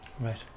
right